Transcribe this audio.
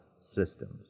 systems